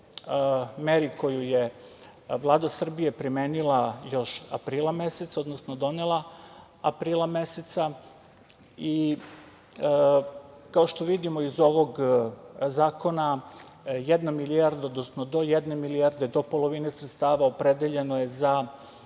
meri koju je Vlada Srbije primenila još aprila meseca, odnosno donela aprila meseca. Kao što vidimo iz ovog zakona, jedna milijarda, odnosno do jedne milijarde, do polovine sredstava opredeljeno je za